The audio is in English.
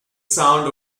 sound